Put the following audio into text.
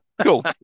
Cool